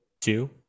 two